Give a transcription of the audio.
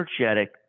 energetic